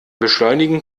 beschleunigen